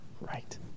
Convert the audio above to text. right